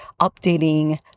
updating